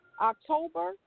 October